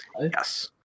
Yes